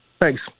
Thanks